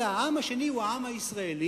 אלא העם השני הוא העם הישראלי,